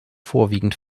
vorwiegend